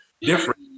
different